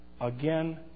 Again